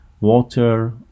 water